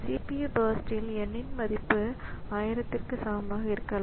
CPU first ல் n மதிப்பு 1000 க்கு சமமாக இருக்கலாம்